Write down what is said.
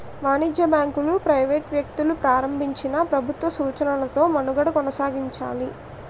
వాణిజ్య బ్యాంకులు ప్రైవేట్ వ్యక్తులు ప్రారంభించినా ప్రభుత్వ సూచనలతో మనుగడ కొనసాగించాలి